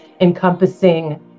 encompassing